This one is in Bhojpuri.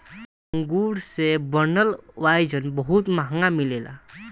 अंगूर से बनल वाइन बहुत महंगा मिलेला